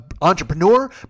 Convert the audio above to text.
entrepreneur